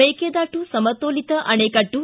ಮೇಕೆದಾಟು ಸಮತೋಲಿತ ಅಣೆಕಟ್ಟು